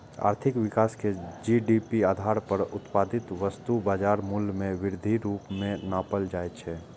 आर्थिक विकास कें जी.डी.पी आधार पर उत्पादित वस्तुक बाजार मूल्य मे वृद्धिक रूप मे नापल जाइ छै